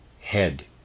head